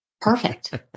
Perfect